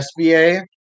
SBA